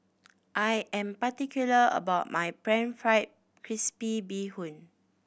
I am particular about my Pan Fried Crispy Bee Hoon